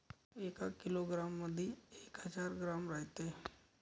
एका किलोग्रॅम मंधी एक हजार ग्रॅम रायते